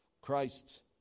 Christ